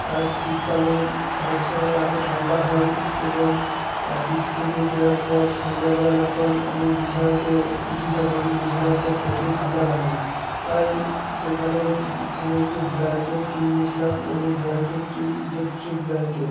হ্যাঁ শীতকালে এক এক সময় এত ঠান্ডা হয় এবং অফিস থেকে ফেরার পর সন্ধেবেলা যখন আমি বিছানাতে উঠি তখন বিছানাতে প্রচুর ঠান্ডা লাগে তাই সেখানে থেকে একটি ব্ল্যাঙ্কেট কিনেছিলাম এবং ব্ল্যাঙ্কেটটি ইলেকট্রিক ব্ল্যাঙ্কেট